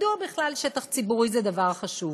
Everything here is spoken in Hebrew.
מדוע בכלל שטח ציבורי זה דבר חשוב?